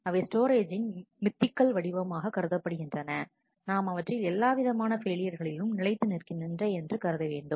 அவை ஸ்டோரேஜின் மித்த்திக்கள் வடிவமாக பார்க்கப்படுகின்றன நாம் அவற்றில் எல்லா விதமான பெயிலியர்களிலும் நிலைத்து நிற்கின்றன என்று கருத வேண்டும்